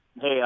Hey